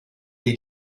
dei